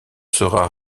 sera